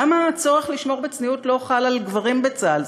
למה הצורך לשמור על צניעות לא חל על גברים בצה"ל,